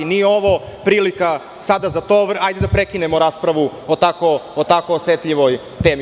Nije ovo prilika sada za to, hajde da prekinemo raspravu o tako osetljivoj temi.